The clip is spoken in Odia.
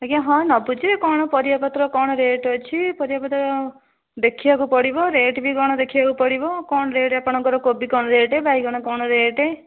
ଆଜ୍ଞା ହଁ ନେବୁ ଯେ କ'ଣ ପରିବାପତ୍ର କ'ଣ ରେଟ୍ ଅଛି ପରିବାପତ୍ର ଦେଖିବାକୁ ପଡ଼ିବ ରେଟ୍ ବି କ'ଣ ଦେଖିବାକୁ ପଡ଼ିବ କ'ଣ ରେଟ୍ ଆପଣଙ୍କର କୋବି କ'ଣ ରେଟ୍ ବାଇଗଣ କ'ଣ ରେଟ୍